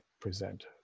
present